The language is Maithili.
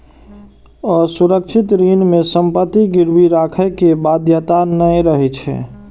असुरक्षित ऋण मे संपत्ति गिरवी राखै के बाध्यता नै रहै छै